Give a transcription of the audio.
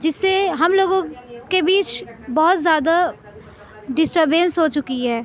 جس سے ہم لوگوں کے بیچ بہت زیادہ ڈسٹربینس ہو چکی ہے